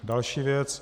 Další věc.